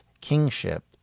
kingship